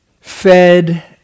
fed